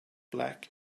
black